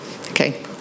Okay